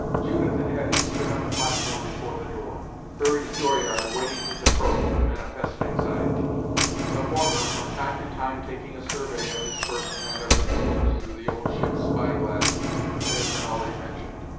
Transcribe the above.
judith and hetty stood on the platform before the door, hurry's dooryard awaiting his approach with manifest anxiety the former, from time to time, taking a survey of his person and of the canoes through the old ship's spyglass that has been already mentioned.